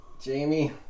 Jamie